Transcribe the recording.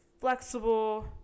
flexible